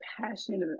passionate